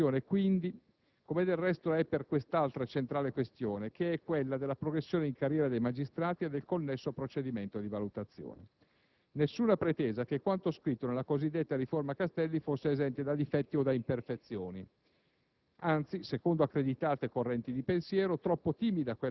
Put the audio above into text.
la valutazione delle carriere, vi è odore di piena restaurazione, quindi, come del resto è per un'altra centrale questione, quella della progressione in carriera dei magistrati e del connesso procedimento di valutazione. Nessuna pretesa che quanto scritto nella cosiddetta riforma Castelli fosse esente da difetti o da imperfezioni.